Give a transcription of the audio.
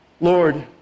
Lord